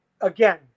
again